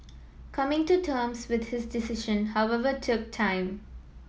coming to terms with his decision however took time